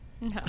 No